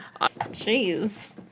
jeez